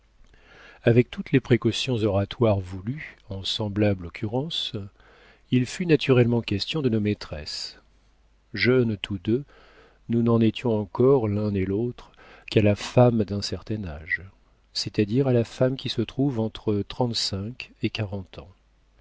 avec toutes les précautions oratoires voulues en semblable occurrence il fut naturellement question de nos maîtresses jeunes tous deux nous n'en étions encore l'un et l'autre qu'à la femme d'un certain âge c'est-à-dire à la femme qui se trouve entre trente-cinq et quarante ans